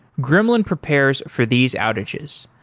gremlin prepares for these outages.